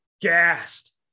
gassed